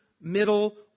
middle